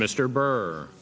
mr